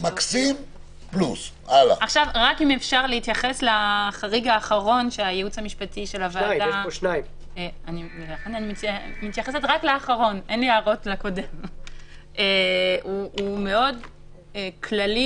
אם אפשר להתייחס לחריג האחרון אין לי הערות לקודם - הוא מאוד כללי,